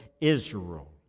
Israel